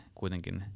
kuitenkin